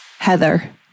Heather